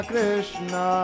Krishna